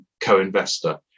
co-investor